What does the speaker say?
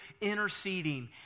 interceding